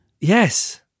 Yes